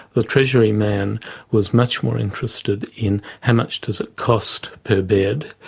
the treasury man was much more interested in how much does it cost per bed,